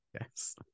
yes